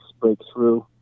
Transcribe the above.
Breakthrough